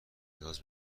نیاز